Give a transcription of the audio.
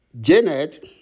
Janet